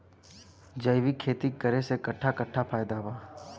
जैविक खेती करे से कट्ठा कट्ठा फायदा बा?